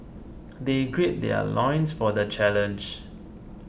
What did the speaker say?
they gird their loins for the challenge